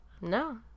No